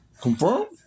confirmed